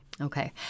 Okay